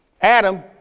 Adam